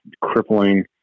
crippling